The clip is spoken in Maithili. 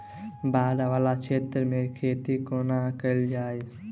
बाढ़ वला क्षेत्र मे खेती कोना कैल जाय?